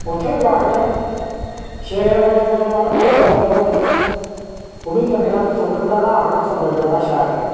उत्थै बी आखदे शेरै दे कोई अंदर पंजे लग्गे दे न ओह् बी दिक्खने आहली सुंदर जगह आखदे सुंदर जगह शैल ऐ